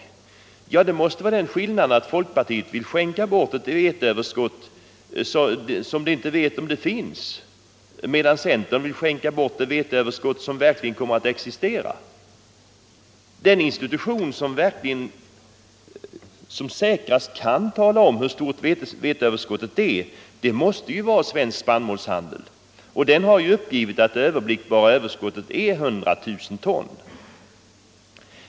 Skillnaden måste vara den, att folkpartiet vill skänka bort ett veteöverskott som man ännu inte vet om det finns, medan centern vill skänka bort det veteöverskott som verkligen kommer att existera. Den institution som säkrast kan tala om hur stort veteöverskottet är måste ju vara Svensk spannmålshandel, och den har uppgivit att det överblickbara överskottet är 100 000 ton.